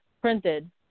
printed